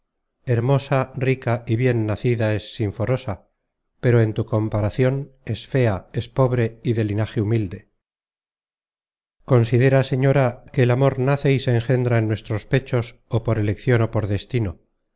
hermosa rica y bien nacida es sinforosa pero en tu comparacion es fea es pobre y de linaje humilde considera señora que el amor nace y se engendra en nuestros pechos ó por eleccion ó por destino